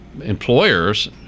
employers